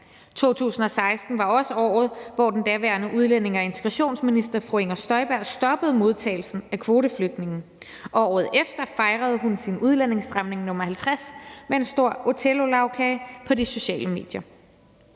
2016 var også året, hvor den daværende udlændinge- og integrationsminister fru Inger Støjberg stoppede modtagelsen af kvoteflygtninge, og året efter fejrede hun sin udlændingestramning nr. 50 med en stor othellolagkage på de sociale medier.